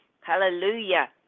Hallelujah